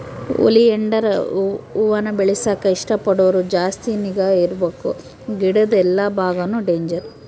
oleander ಹೂವಾನ ಬೆಳೆಸಾಕ ಇಷ್ಟ ಪಡೋರು ಜಾಸ್ತಿ ನಿಗಾ ಇರ್ಬಕು ಗಿಡುದ್ ಎಲ್ಲಾ ಬಾಗಾನು ಡೇಂಜರ್